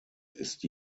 ist